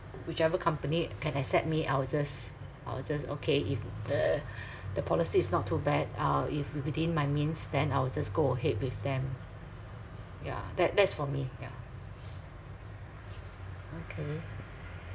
whichever company can accept me I will just I will just okay if the the policy is not too bad uh if within my means then I will just go ahead with them yeah that that's for me ya okay